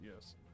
yes